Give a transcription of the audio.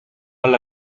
alla